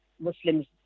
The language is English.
Muslims